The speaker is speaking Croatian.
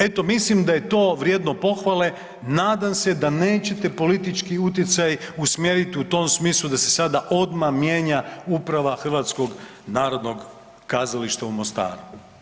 Eto, mislim da je to vrijedno pohvale nadam se da nećete politički utjecaj usmjeriti u tom smislu da se sada odmah mijenja uprava Hrvatskog narodnog kazališta u Mostaru.